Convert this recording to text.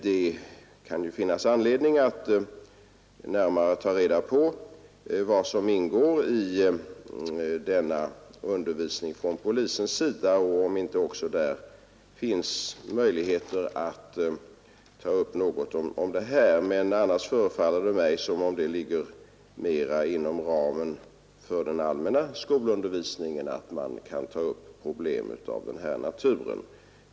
Det kan finnas anledning att närmare ta reda på vad som ingår i denna undervisning från polisens sida och om inte också där finns möjligheter att ta upp något om detta, men annars förefaller det mig som om det ligger mer inom ramen för allmän skolundervisning att ta upp problem av denna natur.